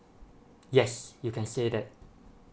yes you can say that